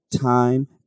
time